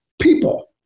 people